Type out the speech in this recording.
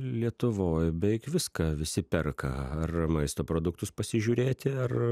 lietuvoj beik viską visi perka ar maisto produktus pasižiūrėti ar